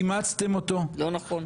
אימצתם אותו --- לא נכון.